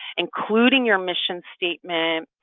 including your mission statement,